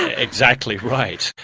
ah exactly right.